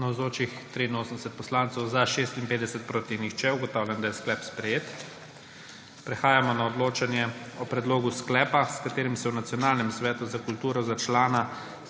(Za je glasovalo 56.) (Proti nihče.) Ugotavljam, da je sklep sprejet. Prehajamo na odločanje o Predlogu sklepa, s katerim se v Nacionalnem svetu za kulturo za člana,